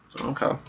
Okay